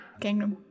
Gangnam